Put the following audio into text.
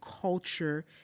culture